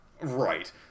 Right